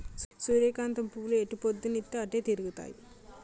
సూర్యకాంతం పువ్వులు ఎటుపోద్దున్తీ అటే తిరుగుతాయి